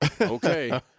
Okay